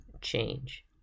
change